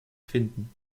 finden